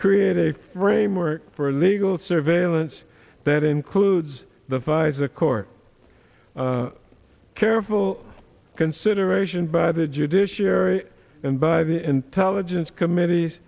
create a framework for illegal surveillance that includes the pfizer court careful consideration by the judiciary and by the intelligence committees